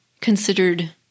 considered